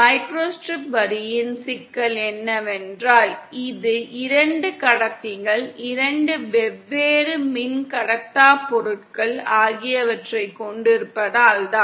microstrip வரியின் சிக்கல் என்னவென்றால் இது இரண்டு கடத்திகள் இரண்டு வெவ்வேறு மின்கடத்தா பொருட்கள் ஆகியவற்றைக் கொண்டிருப்பதால் தான்